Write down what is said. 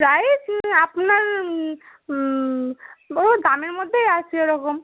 price আপনার ও দামের মধ্যেই আছে ওরকম